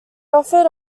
offered